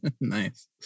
Nice